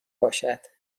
باشد